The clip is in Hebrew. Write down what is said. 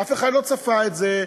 אף אחד לא צפה את זה,